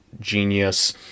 genius